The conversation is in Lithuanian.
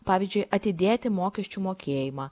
pavyzdžiui atidėti mokesčių mokėjimą